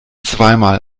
zweimal